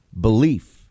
belief